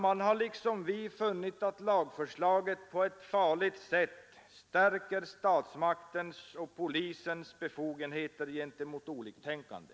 De har, liksom vi, funnit att lagförslaget på ett farligt sätt stärker statsmaktens och polisens befogenheter gentemot oliktänkande.